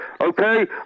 Okay